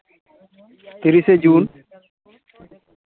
ᱛᱤᱨᱤᱥᱮ ᱡᱩᱱ